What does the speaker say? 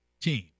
team